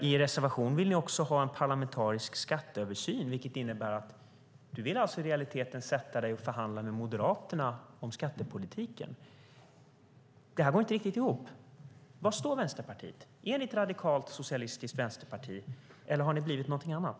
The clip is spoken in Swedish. I reservationen vill ni också ha en parlamentarisk skatteöversyn. Du vill alltså i realiteten sätta dig och förhandla med Moderaterna om skattepolitiken. Det går inte riktigt ihop. Var står Vänsterpartiet? Är ni ett radikalt socialistiskt vänsterparti eller har ni blivit någonting annat?